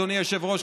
אדוני היושב-ראש,